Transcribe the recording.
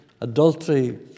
Adultery